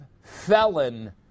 felon